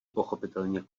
pochopitelně